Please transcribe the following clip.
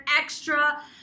extra